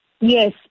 Yes